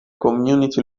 community